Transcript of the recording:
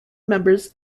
members